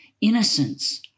innocence